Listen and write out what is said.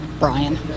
Brian